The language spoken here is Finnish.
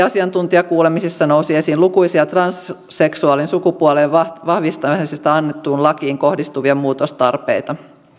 asiantuntijakuulemisissa nousi esiin erityisesti lukuisia transseksuaalin sukupuolen vahvistamisesta annettuun lakiin kohdistuvia muutostarpeita